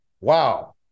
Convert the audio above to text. wow